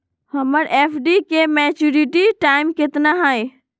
हमर एफ.डी के maturity time कितना है?